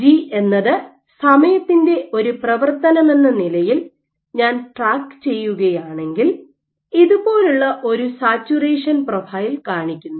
G എന്നത് സമയത്തിന്റെ ഒരു പ്രവർത്തനമെന്ന നിലയിൽ ഞാൻ ട്രാക്ക് ചെയ്യുകയാണെങ്കിൽ ഇതുപോലുള്ള ഒരു സാച്ചുറേഷൻ പ്രൊഫൈൽ കാണിക്കുന്നു